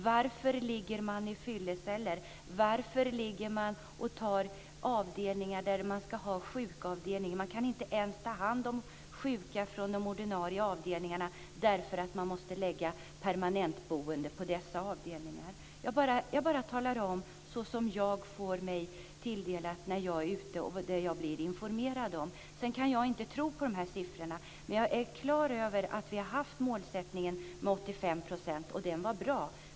Varför ligger interner i fylleceller? Varför ligger de på avdelningar där det ska vara sjukavdelning? Man kan inte ens ta hand om sjuka från de ordinarie avdelningarna därför att man måste lägga permanentboende på dessa avdelningar. Jag bara talar om det jag får mig tilldelat när jag är ute och det jag blir informerad om. Sedan kan jag inte tro på siffrorna. Jag är klar över att vi har haft målsättningen 85 %, och den var bra.